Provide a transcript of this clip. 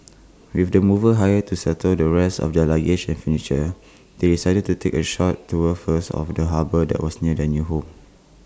with the movers hired to settle the rest of their luggage and furniture they decided to take A short tour first of the harbour that was near their new home